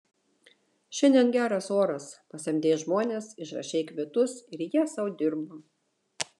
šiandien geras oras pasamdei žmones išrašei kvitus ir jie sau dirba